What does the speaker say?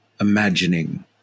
imagining